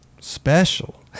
special